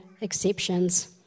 exceptions